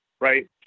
Right